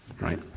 right